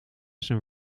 zijn